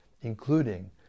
including